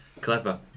Clever